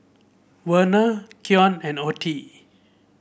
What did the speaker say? Verna Keon and Ottie